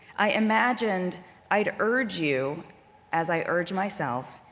i imagined i'd urge you as i urge myself,